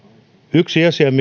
yksi asia